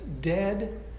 dead